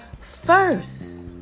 first